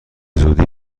زودی